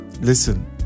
listen